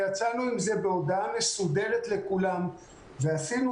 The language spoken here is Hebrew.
ויצאנו עם זה בהודעה מסודרת לכולם ועשינו